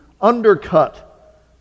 undercut